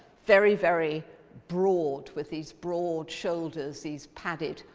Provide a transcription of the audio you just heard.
very, very broad with these broad shoulders, these padded,